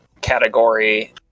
category